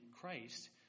Christ